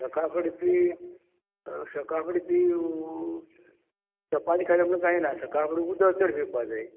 सकाळी फुडें ती सकाळीं फुडें ती चपाती खली म्हण जायना सकाळीं फुडें उदक चड पिवपाक जाय